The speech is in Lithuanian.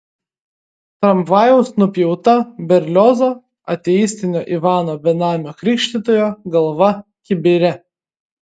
tramvajaus nupjauta berliozo ateistinio ivano benamio krikštytojo galva kibire